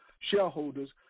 shareholders